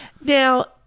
now